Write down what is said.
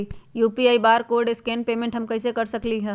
UPI barcode scan payment हम कईसे कर सकली ह?